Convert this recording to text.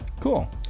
Cool